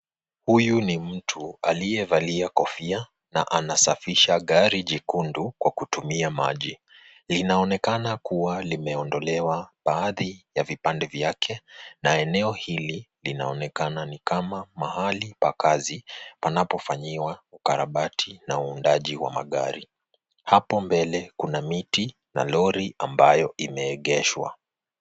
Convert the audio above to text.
Huyu ni mtu aliyevalia kofia na anasafisha gari jekundu kwa kutumia maji. Linaonekana kuwa limeondolewa baadhi ya vipande vyake na eneo hili linaonekana ni kama mahali pa kazi panapofanyiwa ukarabati na uundaji wa magari. Hapo mbele kuna miti na lori ambayo imeegeshwa.